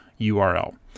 URL